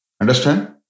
Understand